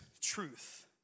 truth